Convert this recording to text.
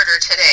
today